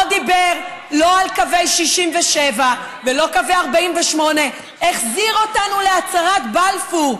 לא דיבר על קווי 67' ולא על קווי 48' החזיר אותנו להצהרת בלפור.